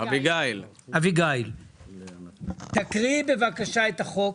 שאביגיל תקריא בבקשה את החוק